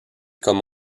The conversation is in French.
comme